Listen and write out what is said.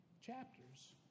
chapters